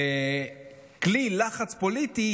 כלי לחץ פוליטי,